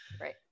Right